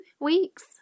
weeks